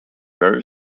very